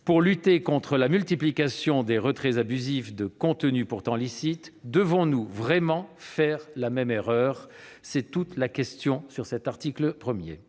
pour lutter contre la multiplication des retraits abusifs de contenus pourtant licites ; devons-nous vraiment faire la même erreur ? C'est toute la question posée par cet article 1.